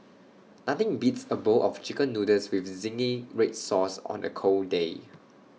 nothing beats A bowl of Chicken Noodles with Zingy Red Sauce on A cold day